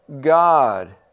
God